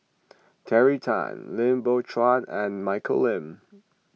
Terry Tan Lim Biow Chuan and Michelle Lim